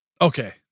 Okay